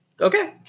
Okay